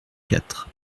quatre